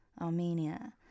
Armenia